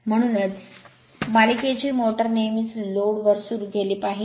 म्हणूनच मालिकेची मोटर नेहमीच लोड वर सुरू केली पाहिजे